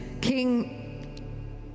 King